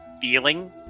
feeling